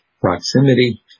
proximity